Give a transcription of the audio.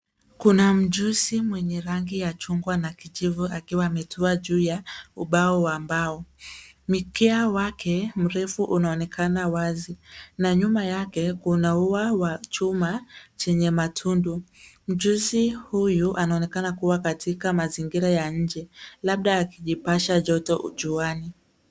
Kuna mjusi mwenye rangi ya chungwa na kijivu akiwa ametua juu ya ubao wa mbao. Mkia wake mrefu unaonekana wazi na nyuma yake kuna ua wa chuma chenye matundu. Mjusi huyu anaonekana kuwa katika mazingira ya nje, labda akijipasha joto juani.